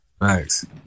Thanks